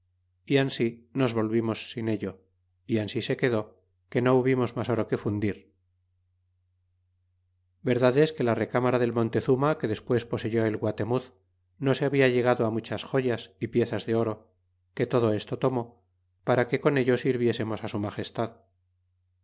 y ansi nos volvimos sin ello y ansi se quedo que no hubimos mas oro que fundir verdad es que la recamara del montezuma que despues poseyó el guatemuz no se habia llegado á muchas joyas y piezas de oro que todo esto tomó para que con ello sirviésemos